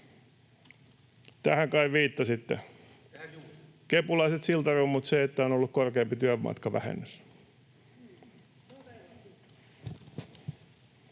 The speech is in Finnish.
Tähän juuri!] Kepulaiset siltarummut — se, että on ollut korkeampi työmatkavähennys.